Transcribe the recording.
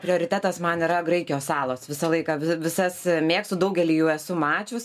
prioritetas man yra graikijos salos visą laiką visas mėgstu daugelį jų esu mačius